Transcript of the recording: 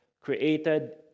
created